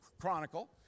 Chronicle